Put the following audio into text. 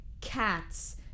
cats